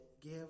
give